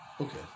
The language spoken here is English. Okay